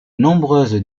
nombreuses